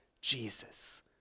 Jesus